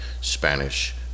Spanish